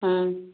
ହଁ